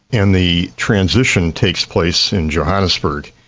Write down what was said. and the transition takes place in johannesburg.